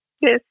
Yes